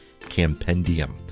campendium